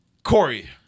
Corey